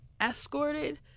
escorted